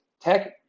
Tech